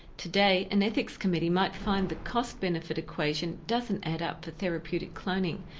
today an ethics committee might find the cost benefit equation doesn't add up for therapeutic cloning.